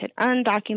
undocumented